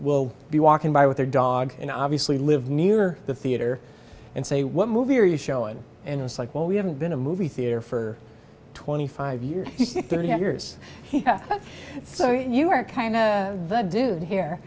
will be walking by with their dog in obviously live near the theater and say what movie are you showing and it's like well we haven't been a movie theater for twenty five years thirty years so you were kind of